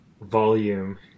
volume